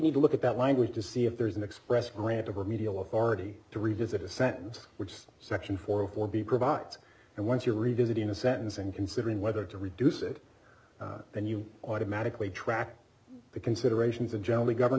need to look at that language to see if there's an express grant of remedial authority to revisit a sentence which section four of would be provides and once you're revisiting a sentence and considering whether to reduce it then you automatically track the considerations and generally govern